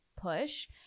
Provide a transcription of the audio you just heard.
push